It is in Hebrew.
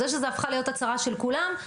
זה שזו הפכה להיות הצרה של כולם,